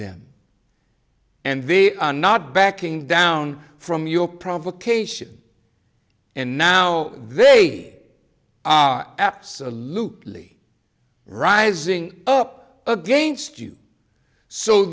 them and they are not backing down from your provocation and now they are absolutely rising up against you so